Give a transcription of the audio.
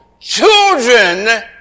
children